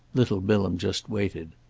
little bilham just waited.